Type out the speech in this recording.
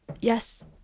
yes